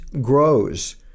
grows